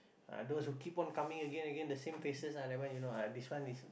ah those who keep on coming again again the same faces ah that one you know ah this one is